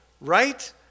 Right